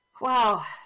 Wow